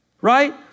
right